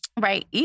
Right